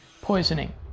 poisoning